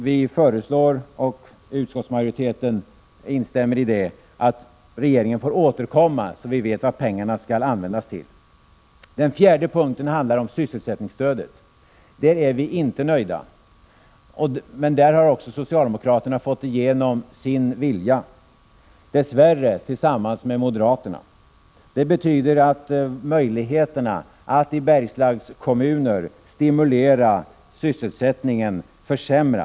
Vi föreslår med instämmande från utskottsmajoriteten att regeringen får återkomma med förslag som klargör vad pengarna skall användas till. För det fjärde handlar det om sysselsättningsstödet. På den punkten är vi inte nöjda. Socialdemokraterna har där fått igenom sin vilja, dess värre tillsammans med moderaterna. Det betyder att möjligheterna att i Bergslagskommuner stimulera sysselsättningen försämras.